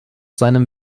seinem